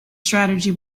strategy